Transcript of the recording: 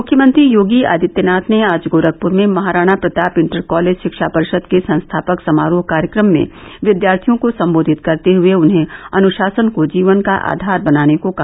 मुख्यमंत्री योगी आदित्यनाथ ने आज गोरखपुर में महाराणा प्रताप इंटर कालेज शिक्षा परि ाद के संस्थापक समारोह कार्यकम में विद्यार्थियों को संबोधित करते हुए उन्हें अनुशासन को जीवन का आधार बनाने को कहा